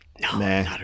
No